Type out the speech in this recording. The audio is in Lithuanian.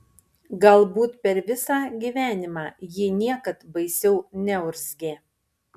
galbūt per visą gyvenimą ji niekad baisiau neurzgė